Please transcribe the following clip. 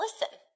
listen